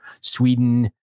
sweden